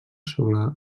sobre